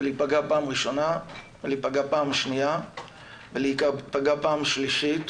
ולהיפגע פעם ראשונה ולהיפגע פעם שנייה ולהיפגע פעם שלישית,